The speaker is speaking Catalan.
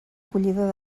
collidor